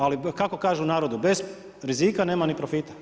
Ali kako kažu u narodu bez rizika nema ni profita.